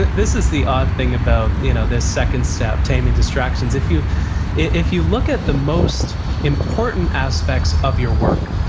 this is the odd thing about you know this second step, taming distractions. if you if you look at the most important aspects of your work,